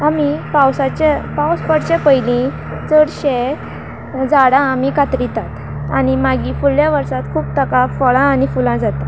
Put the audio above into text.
आमी पावसाचे पावस पडचें पयली चडशें झाडां आमी कात्रितात आनी मागीर फुडल्या वर्सांत खूब ताका फळां आनी फुलां जाता